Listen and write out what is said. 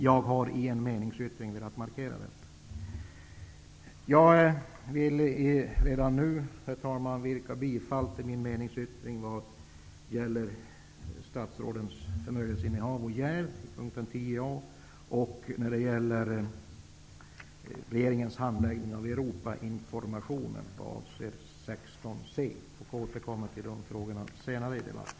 Jag har i en meningsyttring velat markera detta, och jag vill redan nu, herr talman, yrka bifall till min meningsyttring vad gäller statsrådens förmögenhetsinnehav och jäv, vid avsnittet 10 a, och när det gäller regeringens handläggning av Europainformationen vid avsnittet 16 c. Jag återkommer till de frågorna senare i debatten.